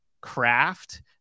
craft